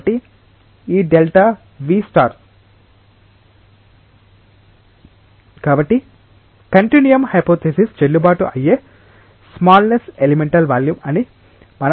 కాబట్టి ఈ Δv కాబట్టి కంటిన్యూయం హైపోతెసిస్ చెల్లుబాటు అయ్యే స్మల్లెస్ట్ ఎలిమెంటల్ వాల్యూమ్ అని మనం చెప్పగలం